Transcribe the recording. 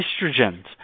estrogens